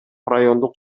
райондук